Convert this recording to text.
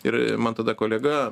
ir man tada kolega